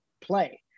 play